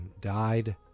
died